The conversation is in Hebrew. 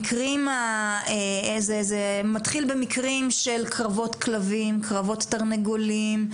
זה מתחיל במקרים של קרבות כלבים, קרבות תרנגולים,